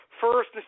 first